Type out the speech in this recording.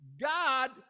God